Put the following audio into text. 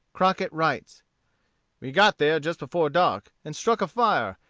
crockett writes we got there just before dark, and struck a fire,